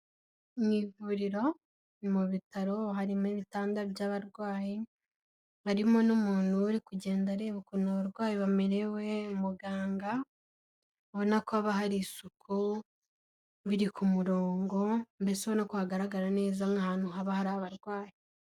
Mu ivuriro mu bitaro harimo ibitanda by'abarwayi harimo n'umuntu uri kugenda areba ukuntu abarwayi bamerewe muganga, ubona ko haba hari isuku biri ku murongo mbesebona hagaragara neza nk'ahantu haba hari abarwayi.